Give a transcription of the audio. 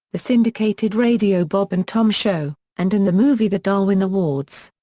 the syndicated radio bob and tom show, and in the movie the darwin awards.